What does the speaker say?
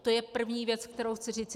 To je první věc, kterou chci říci.